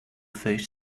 fish